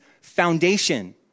foundation